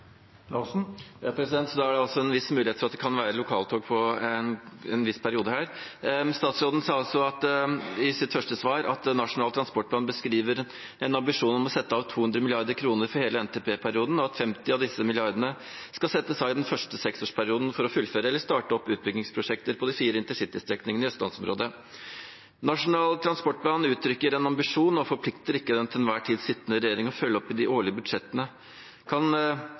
Da er det altså en viss mulighet for at det kan være lokaltog en viss periode. Statsråden sa i sitt første svar at Nasjonal transportplan beskriver en ambisjon om å sette av 200 mrd. kr for hele NTP-perioden, og at 50 av disse milliardene skal settes av i den første seksårsperioden for å fullføre eller starte opp utbyggingsprosjekter på de fire intercitystrekningene i Østlandsområdet. Nasjonal transportplan uttrykker en ambisjon og forplikter ikke den til enhver tid sittende regjering til å følge opp i de årlige budsjettene. Kan